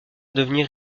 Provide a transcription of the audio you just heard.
devenir